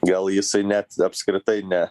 gal jisai net apskritai ne